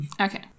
okay